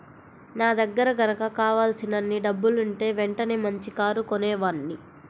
నా దగ్గర గనక కావలసినన్ని డబ్బులుంటే వెంటనే మంచి కారు కొనేవాడ్ని